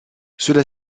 cela